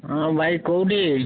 ହଁ ଭାଇ କେଉଁଠି